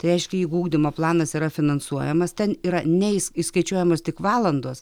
tai reiškia jeigu ugdymo planas yra finansuojamas ten yra neįs įskaičiuojamos tik valandos